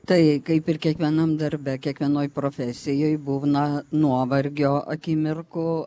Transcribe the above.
tai kaip ir kiekvienam darbe kiekvienoj profesijoje būna nuovargio akimirkų